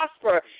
prosper